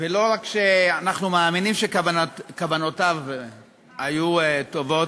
ולא רק שאנחנו מאמינים שכוונותיו היו טובות,